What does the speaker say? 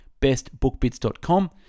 bestbookbits.com